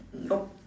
nope